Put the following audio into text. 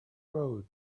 road